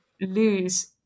lose